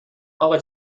اقا